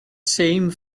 same